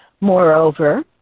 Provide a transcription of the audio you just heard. Moreover